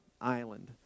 island